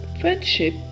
Friendship